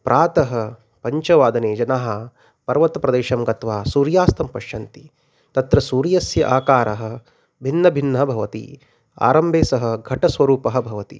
प्रातः पञ्चवादने जनाः पर्वतप्रदेशं गत्वा सूर्यास्तं पश्यन्ति तत्र सूर्यस्य आकारः भिन्नभिन्नः भवति आरम्भे सह घटस्वरूपः भवति